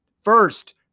first